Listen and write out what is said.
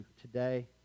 today